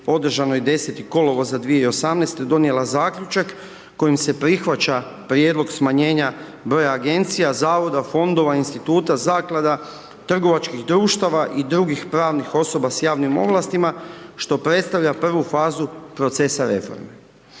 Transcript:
održanoj 10. kolovoza 2018. donijela Zaključak kojim se prihvaća prijedlog smanjenja broja agencija, zavoda, fondova, instituta, zaklada, trgovačkih društava i dr. pravnih osoba s javnim ovlastima, što predstavlja prvi fazu procesa reforme.